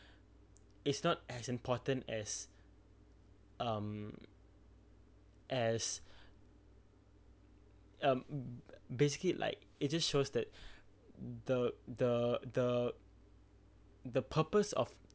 it's not as important as um as um basically like it just shows that the the the the purpose of